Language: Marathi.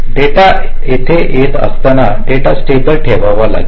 डेटा येथे येत असताना डेटा स्टेबल ठेवावा लागेल